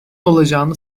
olacağını